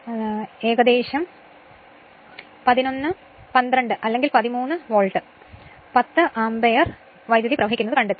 അതിനാൽ ഏകദേശം 11 12 13അല്ലെങ്കിൽ വോൾട്ട് 10 ആമ്പിയർ വൈദ്യുതി പ്രവഹിക്കുന്നത് കണ്ടെത്തും